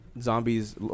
zombies